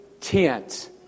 tent